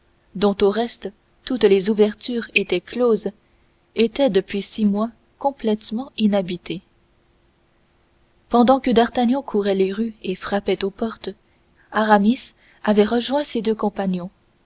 dont au reste toutes les ouvertures étaient closes était depuis six mois complètement inhabitée pendant que d'artagnan courait les rues et frappait aux portes aramis avait rejoint ses deux compagnons